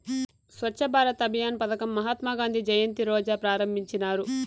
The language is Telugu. స్వచ్ఛ భారత్ అభియాన్ పదకం మహాత్మా గాంధీ జయంతి రోజా ప్రారంభించినారు